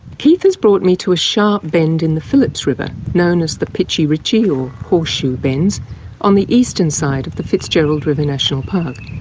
keith has brought me to a sharp bend in the phillips river, known as the pitchie ritchie or horseshoe bends on the eastern side of the fitzgerald river national park,